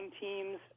teams